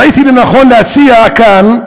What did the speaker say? ראיתי לנכון להציע כאן,